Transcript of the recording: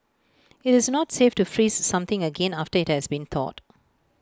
IT is not safe to freeze something again after IT has been thawed